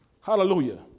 Hallelujah